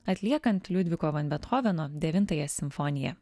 atliekant liudviko van betchoveno devintąją simfoniją